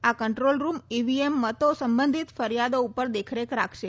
આ control room EVM મતો સંબંધિત ફરિયાદો ઉપર દેખરેખ રાખશે